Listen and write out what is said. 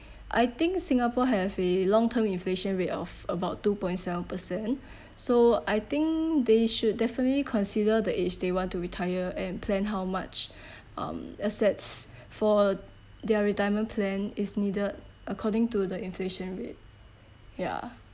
I think singapore have a long term inflation rate of about two point seven percent so I think they should definitely consider the age they want to retire and plan how much um assets for their retirement plan is needed according to the inflation rate ya